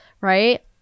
Right